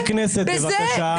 שמענו.